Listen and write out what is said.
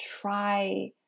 try